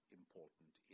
important